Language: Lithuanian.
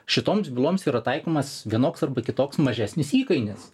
šitoms byloms yra taikomas vienoks arba kitoks mažesnis įkainis